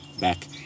back